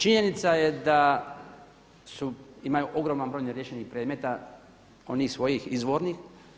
Činjenica je da su, imaju ogroman broj neriješenih predmeta onih svojih izvornih.